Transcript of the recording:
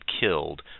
killed